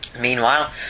Meanwhile